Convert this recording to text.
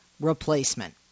replacement